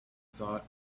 thought